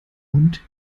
und